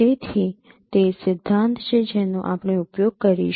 તેથી તે સિદ્ધાંત છે જેનો આપણે ઉપયોગ કરીશું